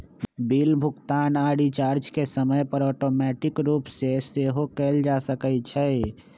bill भुगतान आऽ recharge के समय पर ऑटोमेटिक रूप से सेहो कएल जा सकै छइ